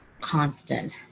constant